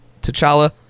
T'Challa